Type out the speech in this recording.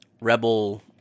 rebel